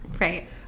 Right